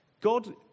God